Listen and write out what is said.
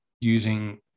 using